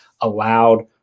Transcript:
allowed